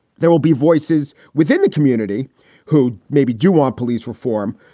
there will be voices within the community who maybe do want police reform,